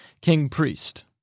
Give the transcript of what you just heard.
king-priest